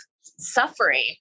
suffering